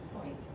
point